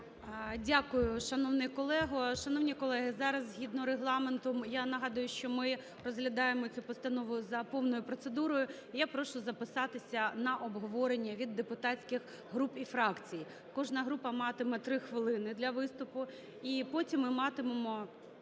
Дякую, шановний колего. Шановні колеги, зараз згідно Регламенту – я нагадую, що ми розглядаємо цю постанову за повною процедурою, – я прошу записатися на обговорення від депутатських груп і фракцій. Кожна група матиме 3 хвилини для виступу, і потім ми матимемо,